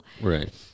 Right